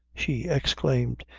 she exclaimed,